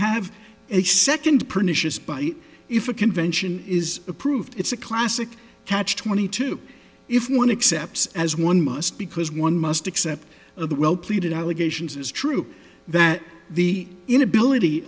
have a second pernicious buy if a convention is approved it's a classic catch twenty two if one accepts as one must because one must accept the well pleaded allegations is true that the inability